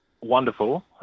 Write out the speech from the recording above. wonderful